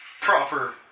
proper